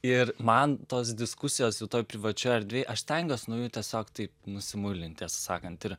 ir man tos diskusijos jau toj privačioj erdvėj aš stengiuos nuo jų tiesiog taip nusimuilint tiesą sakant ir